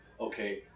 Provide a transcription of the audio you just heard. okay